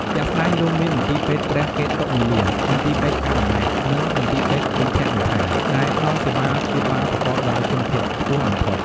ជាក់ស្តែងរួមមាន មន្ទីរពេទ្យព្រះកេតុមាលា មន្ទីរពេទ្យកាល់ម៉ែត និងមន្ទីរពេទ្យគន្ធបុប្ផា ដែលផ្តល់សេវាព្យាបាលប្រកបដោយគុណភាពខ្ពស់បំផុត។